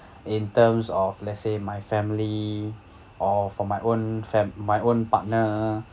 in terms of let's say my family or for my own fam~ my own partner